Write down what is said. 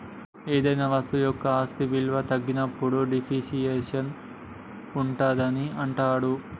ఏదైనా వస్తువు యొక్క ఆస్తి విలువ తగ్గినప్పుడు డిప్రిసియేషన్ ఉంటాదని అంటుండ్రు